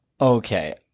Okay